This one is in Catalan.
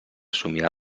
somiar